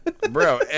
bro